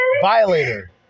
Violator